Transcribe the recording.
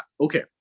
Okay